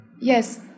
yes